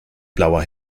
blauer